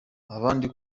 abandi